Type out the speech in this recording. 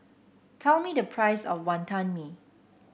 tell me the price of Wantan Mee